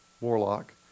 warlock